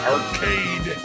Arcade